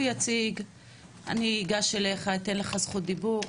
הוא יציג ואחר כך אני אגש אליך ואתן לך זכות דיבור.